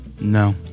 No